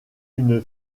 une